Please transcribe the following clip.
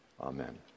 Amen